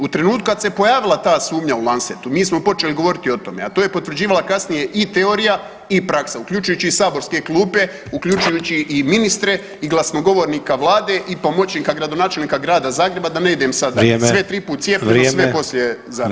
U trenutku kad se pojavila ta sumnja u Lancetu mi smo počeli govoriti o tome, a to je potvrđivala kasnije i teorija i praksa uključujući i saborske klupe, uključujući i ministre i glasnogovornika vlade i pomoćnika gradonačelnika Grada Zagreba, da ne idem sada, sve triput cijepljeno, sve poslije zaraženo.